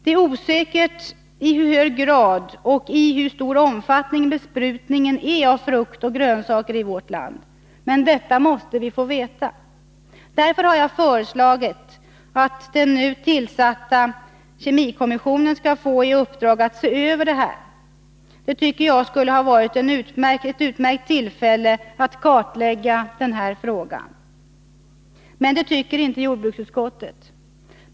Det är osäkert i hur hög grad och i hur stor omfattning besprutningen av frukt och grönsaker genomförs i vårt land. Men det måste vi få veta. Därför har jag föreslagit att den nu tillsatta kemikommissionen skall få i uppdrag att se över detta. Jag tycker att vi borde utnyttja detta utmärkta tillfälle att kartlägga den här frågan. Men det tycker inte jordbruksutskottet.